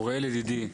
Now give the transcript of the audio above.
אוריאל ידידי,